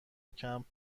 کمپ